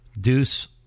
Deuce